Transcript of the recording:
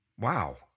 Wow